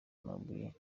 amabuye